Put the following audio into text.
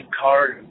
card